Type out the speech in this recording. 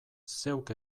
zeuk